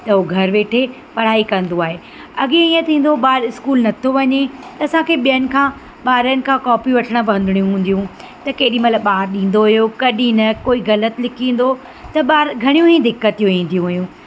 त उहो घर वेठे पढ़ाई कंदो आहे अॻिए ईअं थींदो ॿारु इस्कूल नथो वञे त असांखे ॿियनि खां ॿारनि खां कॉपी वठणु पवंदियूं हूंदियूं त केॾीमहिल ॿारु ॾींदो हुओ कॾहिं न कोई ग़लति लिखी ईंदो त ॿार घणियूं ई दिकतियूं ईंदियूं हुयूं